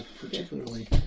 particularly